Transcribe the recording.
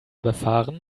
befahren